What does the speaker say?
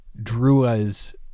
Drua's